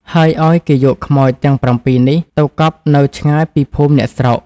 ហើយឲ្យគេយកខ្មោចទាំង ៧ នេះទៅកប់នៅឆ្ងាយពីភូមិអ្នកស្រុក។